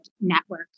network